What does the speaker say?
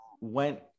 went